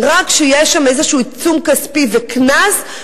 רק כשיש שם סכום כספי וקנס,